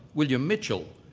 william mitchell.